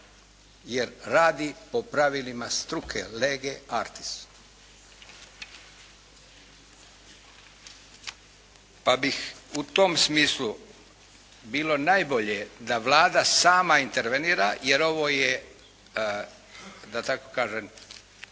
jer radi po pravilima struke "lege artis". Pa bi u tom smislu bilo najbolje da Vlada sama intervenira jer ovo je da tako kažem